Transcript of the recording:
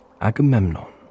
Agamemnon